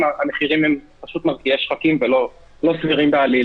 המחירים הם פשוט מרקיעי שחקים ולא סבירים בעליל.